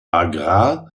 agrar